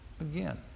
again